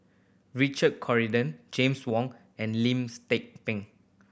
Richard Corridon James Wong and Lim's Tze Peng